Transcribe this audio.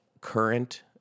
current